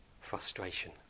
frustration